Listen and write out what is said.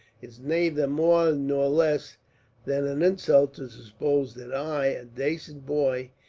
it's nayther more nor less than an insult to suppose that i, a dacent boy,